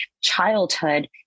childhood